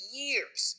years